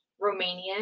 Romania